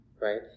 right